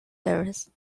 service